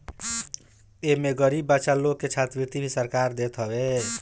एमे गरीब बच्चा लोग के छात्रवृत्ति भी सरकार देत हवे